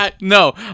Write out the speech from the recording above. No